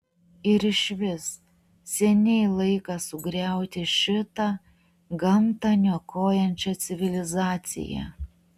ir išvis seniai laikas sugriauti šitą gamtą niokojančią civilizaciją